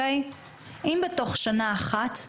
אם בתוך שנה אחת,